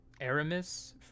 Aramis